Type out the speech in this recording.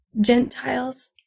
Gentiles